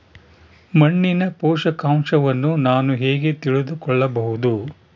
ಮಣ್ಣಿನ ಪೋಷಕಾಂಶವನ್ನು ನಾನು ಹೇಗೆ ತಿಳಿದುಕೊಳ್ಳಬಹುದು?